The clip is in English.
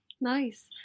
nice